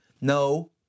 No